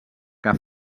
que